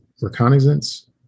reconnaissance